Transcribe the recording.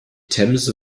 themse